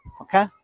okay